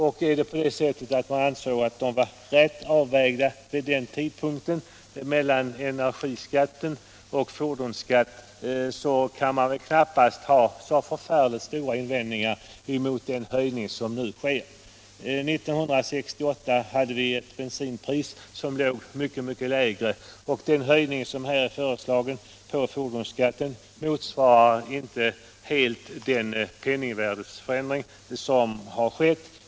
Ansåg man vid den tidpunkten att det var en riktig avvägning mellan energiskatt och fordonsskatt kan man väl knappast ha så förfärligt stora invändningar mot den höjning som nu föreslås. 1968 hade vi ett bensinpris som låg mycket, mycket lägre, och den höjning av fordonsskatten som här är föreslagen motsvarar inte helt den penningvärdeförändring som skett.